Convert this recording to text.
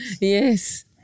Yes